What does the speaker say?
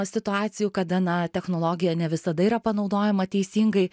situacijų kada na technologija ne visada yra panaudojama teisingai